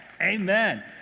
Amen